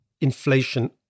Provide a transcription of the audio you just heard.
inflation